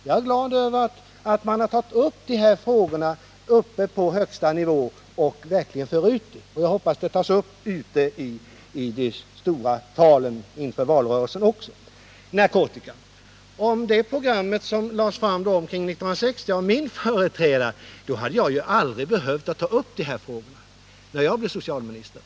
Jag är glad över att man tar upp dessa frågor på högsta nivå och verkligen för ut dem. Jag hoppas att de tas upp också i de stora talen i valrörelsen. Så till narkotikabekämpningen. Om det program som lades fram av min företrädare var så utmärkt hade jag ju inte behövt ta upp frågan när jag blev socialminister.